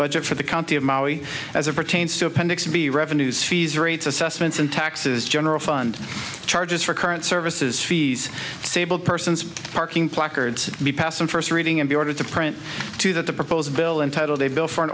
budget for the county of maui as it pertains to appendix b revenues fees rates assessments and taxes general fund charges for current services fees sable persons parking placard to be passed on first reading of the order to print to that the proposed bill entitled a bill for an